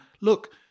look